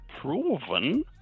proven